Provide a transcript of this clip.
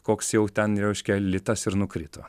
koks jau ten reiškia litas ir nukrito